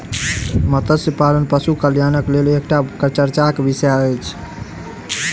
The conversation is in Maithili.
मत्स्य पालन पशु कल्याणक लेल एकटा चर्चाक विषय अछि